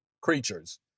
creatures